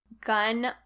gun